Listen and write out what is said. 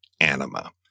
Anima